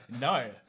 No